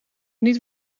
niet